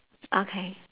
okay